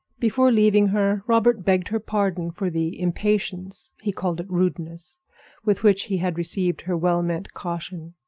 before leaving her, robert begged her pardon for the impatience he called it rudeness with which he had received her well-meant caution.